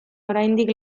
oraindik